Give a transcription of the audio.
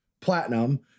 platinum